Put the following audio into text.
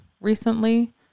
recently